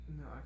No